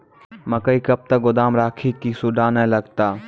मकई कब तक गोदाम राखि की सूड़ा न लगता?